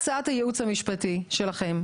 הצעת חוק ממשלתית מול משרדי ממשלה אחרים,